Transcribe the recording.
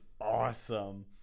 awesome